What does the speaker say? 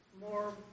More